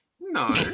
No